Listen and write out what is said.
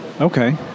Okay